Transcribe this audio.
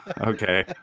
Okay